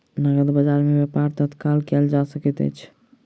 नकद बजार में व्यापार तत्काल कएल जा सकैत अछि